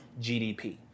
GDP